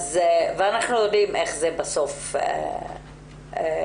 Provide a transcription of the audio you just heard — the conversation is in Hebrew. ואנחנו יודעים איך זה בסוף התבצע.